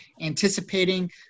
anticipating